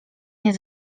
nie